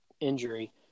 injury